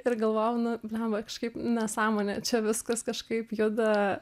ir galvojau nu blemba kažkaip nesąmonė čia viskas kažkaip juda